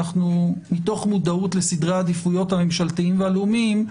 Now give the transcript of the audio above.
מתוך סדרי העדיפויות הממשלתיים והלאומיים,